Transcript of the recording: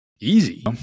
easy